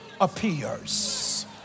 appears